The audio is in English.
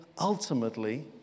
ultimately